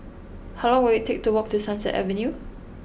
how long will it take to walk to Sunset Avenue